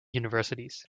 universities